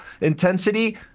intensity